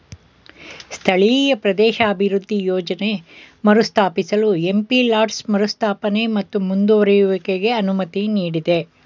ಸ್ಥಳೀಯ ಪ್ರದೇಶಾಭಿವೃದ್ಧಿ ಯೋಜ್ನ ಮರುಸ್ಥಾಪಿಸಲು ಎಂ.ಪಿ ಲಾಡ್ಸ್ ಮರುಸ್ಥಾಪನೆ ಮತ್ತು ಮುಂದುವರೆಯುವಿಕೆಗೆ ಅನುಮತಿ ನೀಡಿದೆ